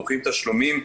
דוחים תשלומים.